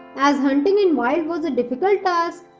as hunting in wild was a difficult task,